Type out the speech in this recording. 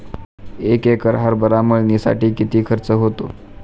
एक एकर हरभरा मळणीसाठी किती खर्च होतो?